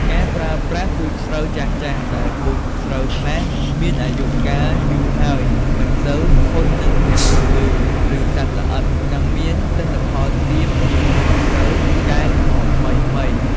ការប្រើប្រាស់ពូជស្រូវចាស់ៗ ដែលពូជស្រូវខ្លះមានអាយុកាលយូរហើយ មិនសូវធន់នឹងជំងឺ ឬសត្វល្អិត និងមានទិន្នផលទាបជាងពូជស្រូវកែលម្អថ្មីៗ។